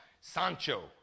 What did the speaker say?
Sancho